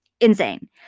insane